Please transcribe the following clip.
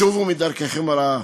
שובו מדרככם הרעה.